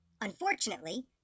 Unfortunately